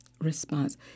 response